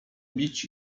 bić